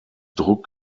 druck